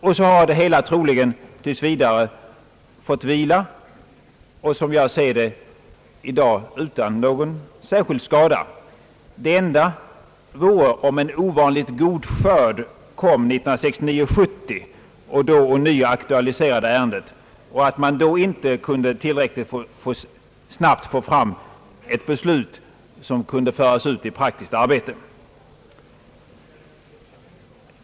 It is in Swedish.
Och så har det hela troligen tills vidare fått vila och som jag ser det, i dag utan någon särskild skada. Det enda vore om en ovanligt god skörd 1969/70 ånyo skulle aktualisera ärendet och man då inte någorlunda snabbt kunde få fram ett beslut som kunde föras ut i praktiskt arbete.